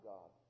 God